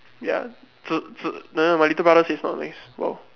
ya no no my little brother say it's not nice !wow!